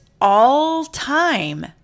all-time